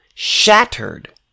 shattered